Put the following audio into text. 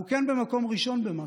אנחנו כן במקום ראשון במשהו,